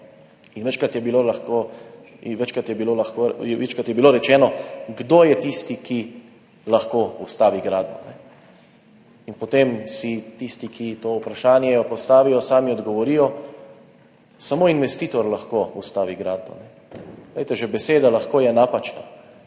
Večkrat je bilo rečeno, kdo je tisti, ki lahko ustavi gradnjo in potem si tisti, ki to vprašanje postavijo, sami odgovorijo, samo investitor lahko ustavi gradnjo. Glejte, napačna